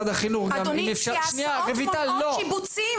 ההסעות עכשיו בתקופת שיבוצים,